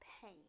pain